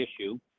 issue